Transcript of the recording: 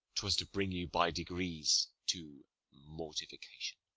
twas to bring you by degrees to mortification.